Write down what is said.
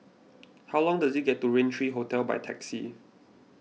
how long does it get to Rain three Hotel by taxi